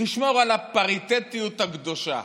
תשמור על הפריטטיות הקדושה